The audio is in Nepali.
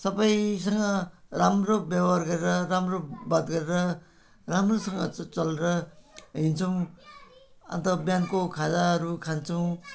सबैसँग राम्रो व्यवहार गरेर राम्रो बात गरेर राम्रोसँग चलेर हिँड्छौँ अन्त बिहानको खाजाहरू खान्छौँ